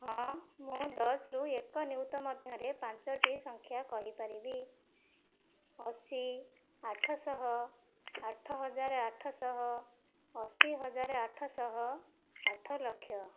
ହଁ ମୁଁ ଦଶ ରୁ ଏକ ନିୟୁତ ମଧ୍ୟରେ ପାଞ୍ଚଟି ସଂଖ୍ୟା କହିପାରିବି ଅଶୀ ଆଠଶହ ଆଠହଜାର ଆଠଶହ ଅଶୀହଜାର ଆଠଶହ ଆଠଲକ୍ଷ